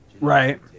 Right